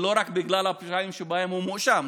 ולא רק בגלל הפשעים שבהם הוא מואשם,